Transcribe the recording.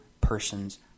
person's